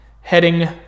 heading